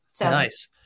Nice